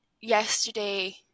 yesterday